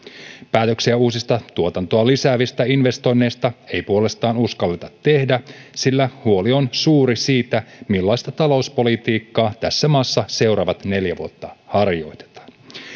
päätöksiä uusista tuotantoa lisäävistä investoinneista ei puolestaan uskalleta tehdä sillä huoli on suuri siitä millaista talouspolitiikkaa tässä maassa seuraavat neljä vuotta harjoitetaan